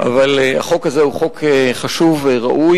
אבל החוק הזה הוא חוק חשוב וראוי,